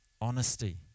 honesty